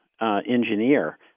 engineer